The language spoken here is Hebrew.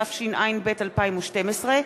התשע"ב 2012,